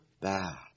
bad